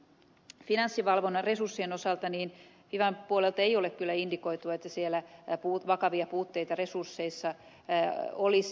finanssivalvonnan resurssien osalta fivan puolelta ei ole kyllä indikoitu että siellä vakavia puutteita resursseissa olisi